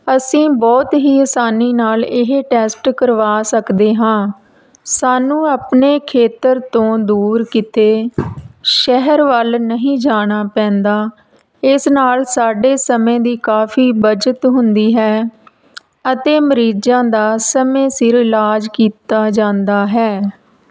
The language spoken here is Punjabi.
ਅਸੀਂ ਬਹੁਤ ਹੀ ਆਸਾਨੀ ਨਾਲ ਇਹ ਟੈਸਟ ਕਰਵਾ ਸਕਦੇ ਹਾਂ ਸਾਨੂੰ ਆਪਣੇ ਖੇਤਰ ਤੋਂ ਦੂਰ ਕਿਤੇ ਸ਼ਹਿਰ ਵੱਲ ਨਹੀਂ ਜਾਣਾ ਪੈਂਦਾ ਇਸ ਨਾਲ ਸਾਡੇ ਸਮੇਂ ਦੀ ਕਾਫੀ ਬੱਚਤ ਹੁੰਦੀ ਹੈ ਅਤੇ ਮਰੀਜ਼ਾਂ ਦਾ ਸਮੇਂ ਸਿਰ ਇਲਾਜ ਕੀਤਾ ਜਾਂਦਾ ਹੈ